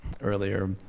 earlier